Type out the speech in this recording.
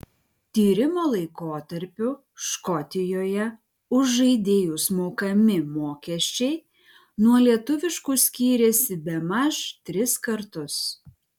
tyrimo laikotarpiu škotijoje už žaidėjus mokami mokesčiai nuo lietuviškų skyrėsi bemaž tris kartus